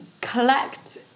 collect